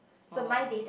oh